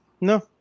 No